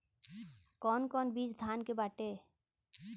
कौन कौन बिज धान के बाटे?